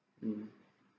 mm